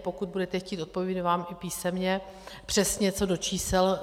Pokud budete chtít, odpovím vám i písemně, přesně co do čísel.